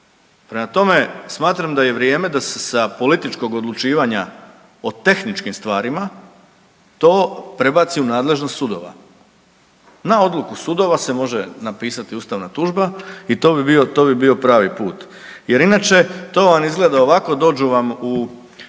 Prema tome, smatram da je vrijeme sa se sa političkog odlučivanja o tehničkim stvarima, to prebaci u nadležnost sudova. Na odluku sudova se može napisati ustavna tužba i to bi bio pravi put jer inače, to vam izgleda ovako, dođu vam u